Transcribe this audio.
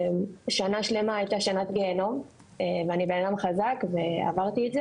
שנה שלמה הייתה שנה גיהינום ואני בן אדם חזק ועברתי את זה